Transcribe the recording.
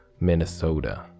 Minnesota